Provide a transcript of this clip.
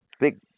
big